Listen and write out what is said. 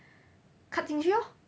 cut 进去咯